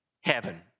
heaven